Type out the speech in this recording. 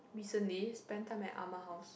recently spend time at Ah-Ma house